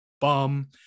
bum